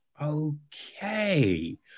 okay